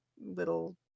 little